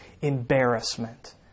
embarrassment